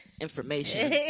information